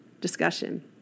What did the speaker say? discussion